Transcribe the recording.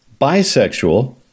bisexual